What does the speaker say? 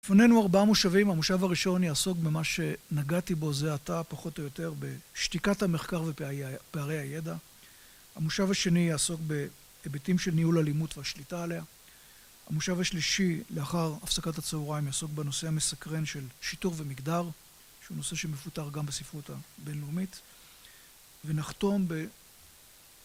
לפנינו ארבעה מושבים, המושב הראשון יעסוק במה שנגעתי בו זה עתה, פחות או יותר, בשתיקת המחקר ופערי הידע. המושב השני יעסוק בהיבטים של ניהול אלימות והשליטה עליה. המושב השלישי, לאחר הפסקת הצהריים, יעסוק בנושא המסקרן של שיטור ומגדר, שהוא נושא שמפותח גם בספרות הבינלאומית, ונחתום ב...